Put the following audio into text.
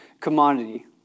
commodity